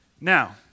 Now